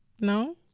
No